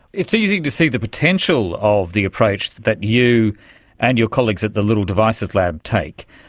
it's easy to see the potential of the approach that you and your colleagues at the little devices lab take.